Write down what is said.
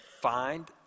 Find